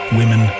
women